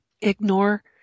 Ignore